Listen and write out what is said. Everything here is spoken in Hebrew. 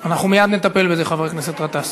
אנחנו מייד נטפל בזה, חבר הכנסת גטאס.